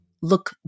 look